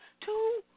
Two